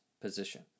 position